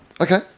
Okay